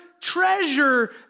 treasure